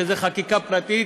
שזה חקיקה פרטית,